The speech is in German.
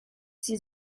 sie